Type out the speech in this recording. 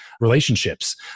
relationships